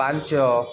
ପାଞ୍ଚ